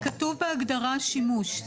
אבל כתוב בהגדרה שימוש.